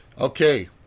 okay